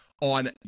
on